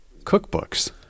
Cookbooks